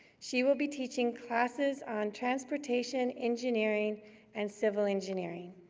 she will be teaching classes on transportation engineering and civil engineering.